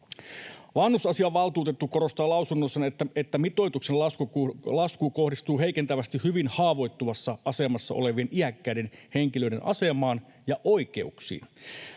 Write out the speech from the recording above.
Vanhusasiavaltuutettu korostaa lausunnossaan, että mitoituksen lasku kohdistuu heikentävästi hyvin haavoittuvassa asemassa olevien iäkkäiden henkilöiden asemaan ja oikeuksiin.